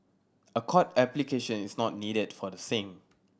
a court application is not needed for the same